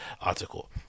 article